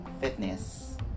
fitness